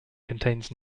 contains